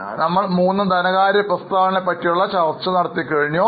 അതിനാൽ മൂന്ന് ധനകാര്യ പ്രസ്താവനകളെ കുറിച്ച് നമ്മൾ ചർച്ച ചെയ്തു